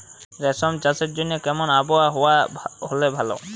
রেশম চাষের জন্য কেমন আবহাওয়া হাওয়া হলে ভালো?